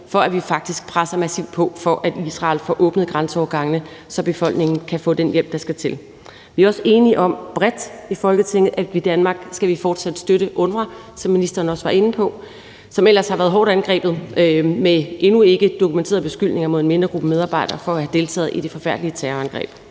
om, at vi faktisk presser massivt på for, at Israel får åbnet grænseovergangene, så befolkningen kan få den hjælp, der skal til. Vi er også enige om bredt i Folketinget, at vi i Danmark fortsat skal støtte UNRWA, som ministeren også var inde på, som ellers har været hårdt angrebet med endnu ikke dokumenterede beskyldninger mod en mindre gruppe medarbejdere for at have deltaget i det forfærdelige terrorangreb.